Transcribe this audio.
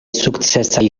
sukcesaj